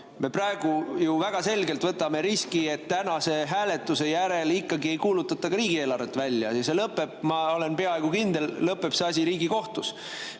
me praegu ju väga selgelt võtame riski, et ka tänase hääletuse järel ikkagi ei kuulutata riigieelarvet välja. Ma olen peaaegu kindel, et see asi lõpeb Riigikohtus.